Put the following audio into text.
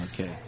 Okay